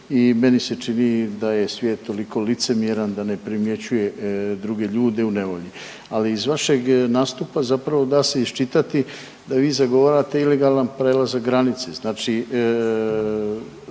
i meni se čini da je svijet toliko licemjeran da ne primjećuje druge ljude u nevolji. Ali iz vašeg nastupa zapravo da se iščitati da vi zagovarate ilegalan prelazak granice, znači